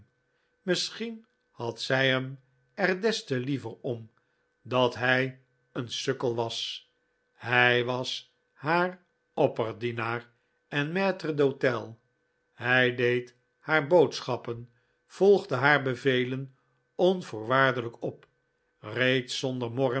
misschien had zij hem er des te liever om dat hij een sukkel was hij was haar opperdienaar en maitre d hotel hij deed haar boodschappen volgde haar bevelen onvoorwaardelijk op reed zonder morren